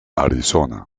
arizona